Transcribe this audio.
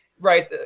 right